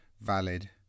valid